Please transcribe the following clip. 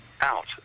out